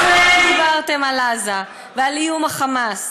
כולכם דיברתם על עזה ועל איום ה"חמאס",